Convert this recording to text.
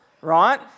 right